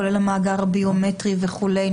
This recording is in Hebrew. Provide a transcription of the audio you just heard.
כולל המאגר הביומטרי וכולי,